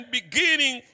beginning